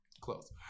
Close